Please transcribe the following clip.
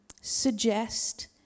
suggest